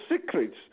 secrets